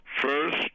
First